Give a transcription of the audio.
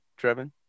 Trevin